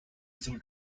through